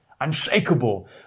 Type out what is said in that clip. unshakable